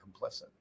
complicit